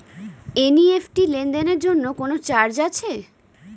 NEFT লেনদেনের জন্য কোন চার্জ আছে?